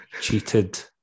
Cheated